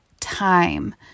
time